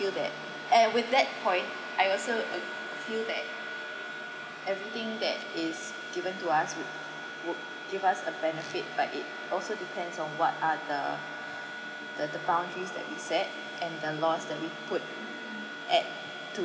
feel that and with that point I also uh feel that everything that is given to us would would give us a benefit but it also depends on what are the the the boundaries that we set and the laws that we put at to